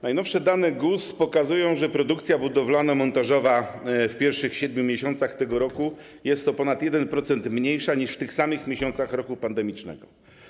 Najnowsze dane GUS pokazują, że produkcja budowlano-montażowa w pierwszych 7 miesiącach tego roku jest o ponad 1% mniejsza niż w tych samych miesiącach roku pandemicznego.